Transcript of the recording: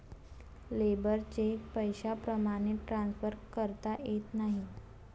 labour cheque पैशाप्रमाणे transfer करता येत नाही